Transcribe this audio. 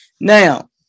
Now